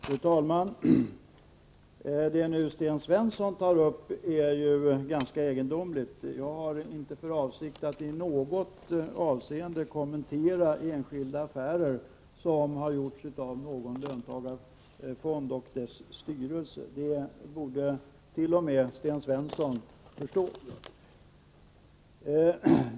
Fru talman! Det som Sten Svensson nu tar upp är ganska egendomligt. Jag har inte för avsikt att i något avseende kommentera enskilda affärer som har gjorts av någon löntagarfonds styrelse. Det borde t.o.m. Sten Svensson förstå.